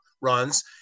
Runs